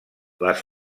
les